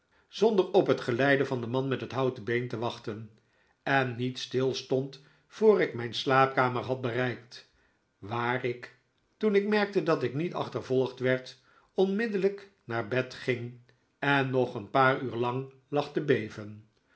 zonder op het geleide van den man met het houten been te wachten en niet stilstond voor ik mijn slaapkamer had bereikt waar ik toen ik merkte dat ik niet achtervolgd werd onmiddellijk naar bed ging en nog een paar uur lang lag te beven